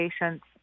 patients